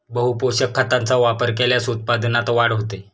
बहुपोषक खतांचा वापर केल्यास उत्पादनात वाढ होते